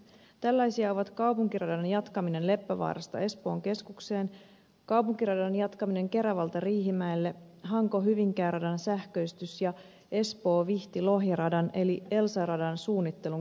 tällaisia ovat kaupunkiradan jatkaminen leppävaarasta espoon keskukseen kaupunkiradan jatkaminen keravalta riihimäelle hankohyvinkää radan sähköistys ja espoovihtilohja radan eli elsa radan suunnittelun käynnistäminen